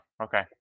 Okay